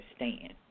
understand